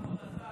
כבוד השר,